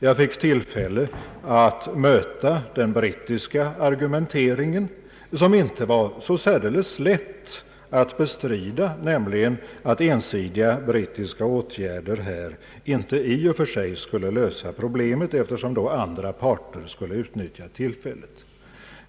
Jag fick tillfälle att möta den brittiska argumenteringen, som inte var så särdeles lätt att bestrida, nämligen att ensidiga brittiska åtgärder inte i och för sig skulle lösa problemet, eftersom då andra parter skulle utnyttja tillfället.